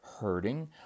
hurting